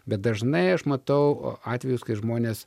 bet dažnai aš matau atvejus kai žmonės